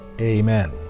Amen